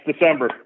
December